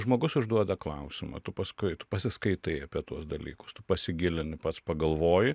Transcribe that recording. žmogus užduoda klausimą tu paskui tu pasiskaitai apie tuos dalykus tu pasigilini pats pagalvoji